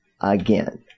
Again